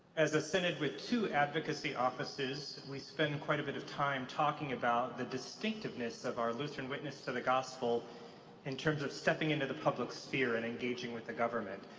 as a synod with two advocacy offices we spend quite a bit of time talking about the distinctiveness of our lutheran witness to the gospel in terms of stepping into the public sphere and engaging with the government.